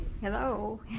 Hello